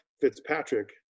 Fitzpatrick